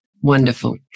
Wonderful